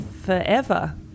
forever